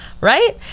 right